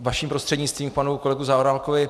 Vaším prostřednictvím k panu kolegovi Zaorálkovi.